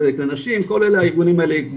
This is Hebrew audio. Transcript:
זאת אומרת כל אלה הארגונים האלה,